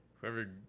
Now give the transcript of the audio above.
Whoever